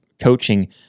coaching